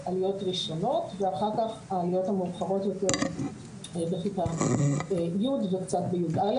עליות ראשונות ואחר כך העליות המאוחרות יותר בכיתה י' וקצת ב-יא'.